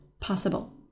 possible